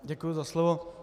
Děkuji za slovo.